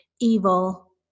evil